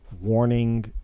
warning